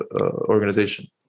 organization